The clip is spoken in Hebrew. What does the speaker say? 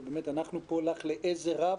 ובאמת אנחנו פה לך לעזר רב,